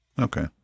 Okay